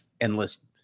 endless